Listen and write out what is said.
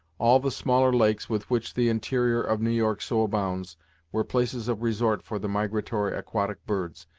all the smaller lakes with which the interior of new york so abounds were places of resort for the migratory aquatic birds,